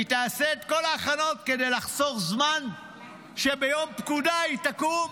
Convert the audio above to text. והיא תעשה את כל ההכנות כדי לחסוך זמן כשביום פקודה היא תקום.